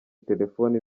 telefoni